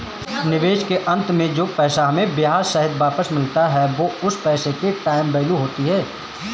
निवेश के अंत में जो पैसा हमें ब्याह सहित वापस मिलता है वो उस पैसे की टाइम वैल्यू होती है